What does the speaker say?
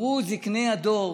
אמרו זקני הדור: